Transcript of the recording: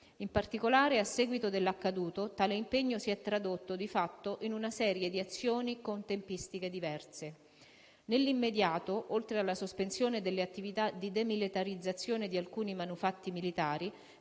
In particolare, a seguito dell'accaduto tale impegno si è tradotto di fatto in una serie di azioni con tempistiche diverse. Nell'immediato, oltre alla sospensione delle attività di demilitarizzazione di alcuni manufatti militari,